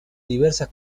diversas